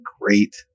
great